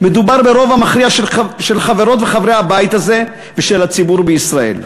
מדובר ברוב המכריע של חברות וחברי הבית הזה ושל הציבור בישראל.